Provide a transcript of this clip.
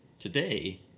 Today